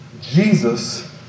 Jesus